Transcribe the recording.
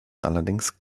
allerdings